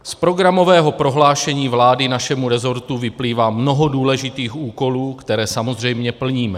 Z programového prohlášení vlády našemu resortu vyplývá mnoho důležitých úkolů, které samozřejmě plníme.